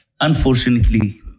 Unfortunately